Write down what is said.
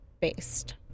based